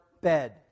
bed